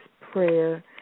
prayer